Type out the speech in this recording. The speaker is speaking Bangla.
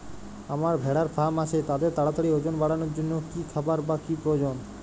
আমার ভেড়ার ফার্ম আছে তাদের তাড়াতাড়ি ওজন বাড়ানোর জন্য কী খাবার বা কী প্রয়োজন?